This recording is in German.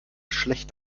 schlecht